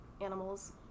animals